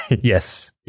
Yes